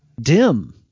dim